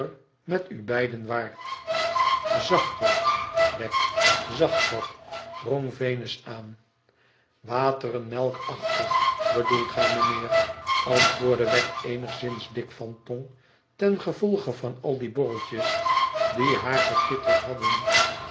met u beiden waart zacht wat wegg zacht wat drong venus aan waterenmelkachtig bedoelt gij meneer antwoordde wegg eenigszins dik van tong ten gevolge van al die borreltjes die haar gekitteld hadden